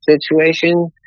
situation